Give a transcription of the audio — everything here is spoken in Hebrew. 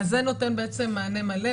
אז זה נותן מענה מלא,